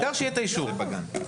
העיקר שיהיה אישור בגן.